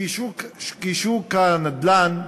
כי שוק הנדל"ן,